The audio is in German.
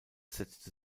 setzte